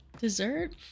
dessert